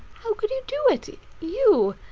how could you do it? you,